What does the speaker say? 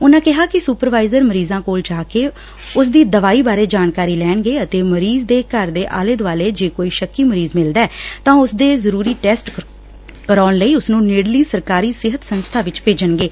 ਉਨਾਂ ਕਿਹਾ ਕਿ ਸੁਪਰਵਾਈਜਰ ਮਰੀਜਾਂ ਕੋਲ ਜਾ ਕੇ ਉਸਦੀ ਦਵਾਈ ਬਾਰੇ ਜਾਣਕਾਰੀ ਲੈਣਗੇ ਅਤੇਂ ਮਰੀਜ਼ ਦੇ ਘਰ ਦੇ ਆਲੇ ਦੁਆਲੇ ਜੇ ਕੋਈ ਸ਼ੱਕੀ ਮਰੀਜ਼ ਮਿਲਦੈ ਤਾਂ ਉਸਦੇ ਜ਼ਰੂਰੀ ਟੈਸਟ ਕਰਾਉਣ ਲਈ ਉਸਨੂੰ ਨੇੜਲੀ ਸਰਕਾਰੀ ਸਿਹਤ ਸੰਸਬਾ ਵਿਚ ਭੇਜਣਗੇ